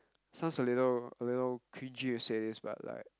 sounds a little a little to cringy to say this but like